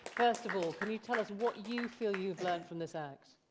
first of all, can you tell us what you feel you've learned from this act.